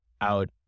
out